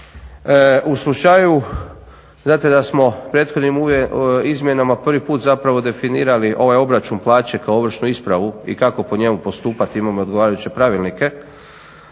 U slučaju, znate da smo prethodnim izmjenama prvi put zapravo definirali ovaj obračun plaće kao ovršnu ispravu i kako po njemu postupati. Imamo i odgovarajuće pravilnike.